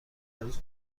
هرروز